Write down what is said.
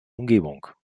umgebung